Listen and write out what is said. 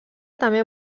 també